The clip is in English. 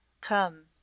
Come